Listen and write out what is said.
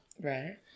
Right